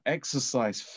Exercise